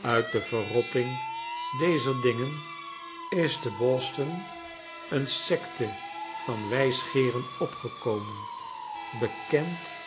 uit de verrotting dezer dingen is te b o s t o n een sekte van wijsgeeren opgekomen bekend